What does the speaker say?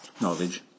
knowledge